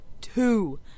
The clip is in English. Two